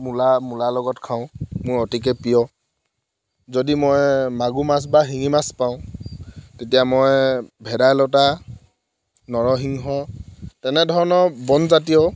মূলা মূলা লগত খাওঁ মোৰ অতিকৈ প্ৰিয় যদি মই মাগুৰ মাছ বা শিঙি মাছ পাওঁ তেতিয়া মই ভেদাইলতা নৰসিংহ তেনেধৰণৰ বনজাতীয়